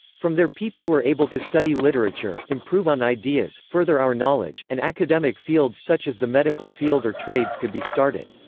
from there people were able to study literature, improve on ideas, further our knowledge, and academic fields such as the medical field or trades could be started.